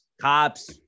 cops